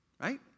Right